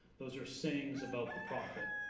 those are sayings about the prophet,